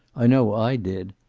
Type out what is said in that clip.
i know i did.